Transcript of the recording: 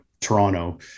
toronto